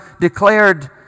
declared